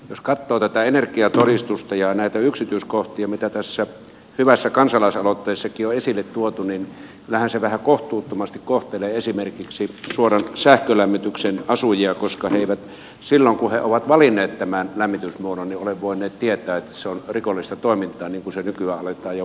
jos katsoo tätä energiatodistusta ja näitä yksityiskohtia mitä tässä hyvässä kansalaisaloitteessakin on esille tuotu niin kyllähän se vähän kohtuuttomasti kohtelee esimerkiksi suoran sähkölämmityksen asujia koska he eivät silloin kun he ovat valinneet tämän lämmitysmuodon ole voineet tietää että se on rikollista toimintaa niin kuin se nykyään aletaan jo rinnastamaan